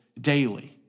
daily